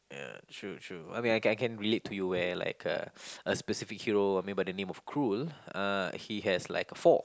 ya true true I mean I can I can relate to you well like a a specific hero I mean by the name of Krul uh he has like four